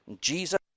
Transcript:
jesus